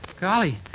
Golly